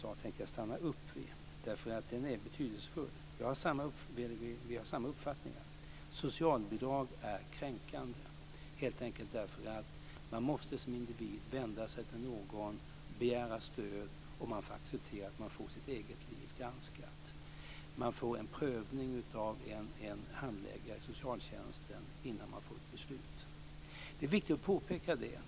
Jag tänker stanna upp vid en sak som Birgitta Carlsson sade, eftersom den är betydelsefull. Vi har samma uppfattning. Socialbidrag är kränkande, eftersom man som individ måste vända sig till någon och begära stöd. Man får acceptera att man får sitt eget liv granskat. Man får en prövning av en handläggare i socialtjänsten innan man får ett beslut. Det är viktigt att påpeka det.